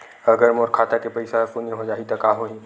अगर मोर खाता के पईसा ह शून्य हो जाही त का होही?